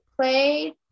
played